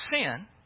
sin